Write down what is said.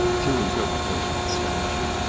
through interpretation of the statute,